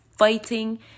fighting